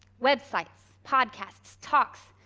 websites, podcasts, talks,